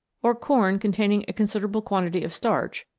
or corn containing a considerable quantity of starch,